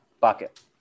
Bucket